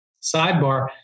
sidebar